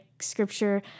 scripture